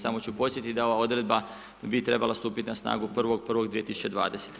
Samo ću podsjetiti da ova odredba bi trebala stupiti na snagu 1.1.2020.